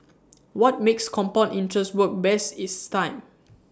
what makes compound interest work best is time